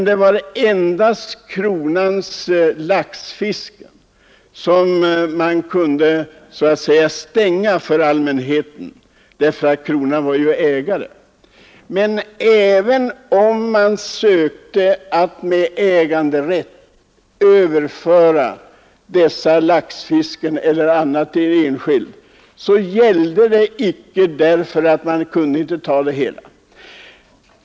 Det var också endast kronans laxfisken som man kunde så att säga stänga för allmänheten, därför att det var kronan som var ägaren. Men även om man sökte att med äganderätt överföra dessa laxfisken eller andra rättigheter till enskild, gällde icke överlåtelsen, eftersom kronans äganderätt inte kunde överlåtas.